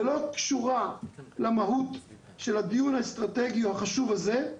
ולא קשורה למהות של הדיון האסטרטגי החשוב הזה,